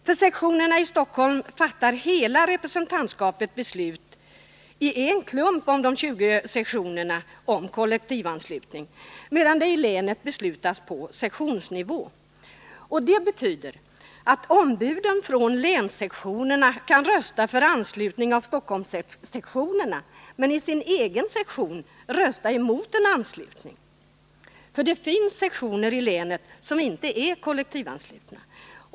För sektionerna i Stockholm fattar hela representantskapet beslut om kollektivanslutning i en klump, medan det i länet beslutas på sektionsnivå. Det betyder att ombuden från länssektionerna kan rösta för anslutning av Stockholmssektionerna men i sin egen sektion rösta mot en anslutning. Det finns nämligen sektioner i länet som inte är kollektivanslutna.